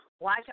Watch